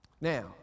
Now